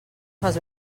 fas